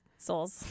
souls